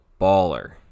baller